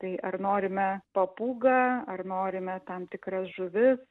tai ar norime papūgą ar norime tam tikras žuvis